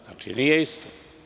Znači, to nije isto.